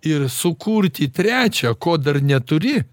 ir sukurti trečią ko dar neturi